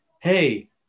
hey